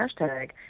hashtag